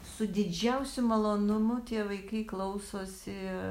su didžiausiu malonumu tie vaikai klausosi